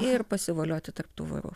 ir pasivolioti tarp tų vorų